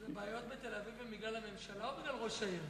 אז הבעיות בתל-אביב הן בגלל הממשלה או בגלל ראש העיר?